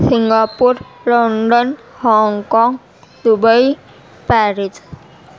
Singapore London Hong Kong Dubai Paris